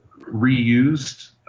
reused